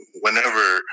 whenever—